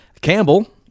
Campbell